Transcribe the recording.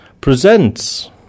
presents